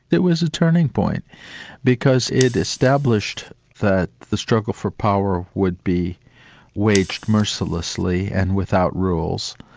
it was a turning point because it established that the struggle for power would be waged mercilessly and without rules.